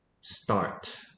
start